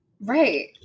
Right